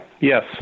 Yes